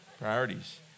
Priorities